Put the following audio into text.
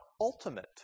ultimate